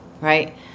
right